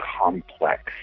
complex